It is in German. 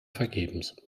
vergebens